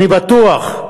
אני בטוח,